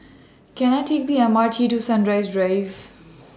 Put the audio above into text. Can I Take The M R T to Sunrise Drive